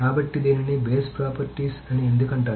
కాబట్టి దీనిని base properties అని ఎందుకు అంటారు